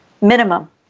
minimum